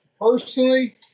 Personally